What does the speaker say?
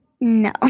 No